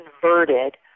converted